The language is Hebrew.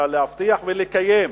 אלא להבטיח ולקיים.